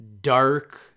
dark